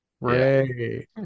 Right